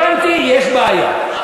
הבנתי, יש בעיה.